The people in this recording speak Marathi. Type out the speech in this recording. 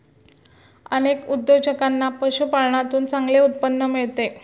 अनेक उद्योजकांना पशुपालनातून चांगले उत्पन्न मिळते